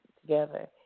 together